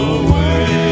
away